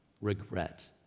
regret